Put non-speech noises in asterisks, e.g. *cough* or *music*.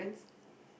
*breath*